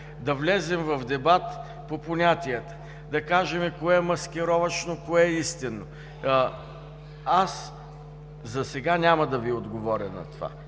да влезем в дебат по понятията, да кажем кое е маскировъчно, което е истинно. Аз засега няма да Ви отговоря на това.